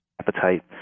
appetite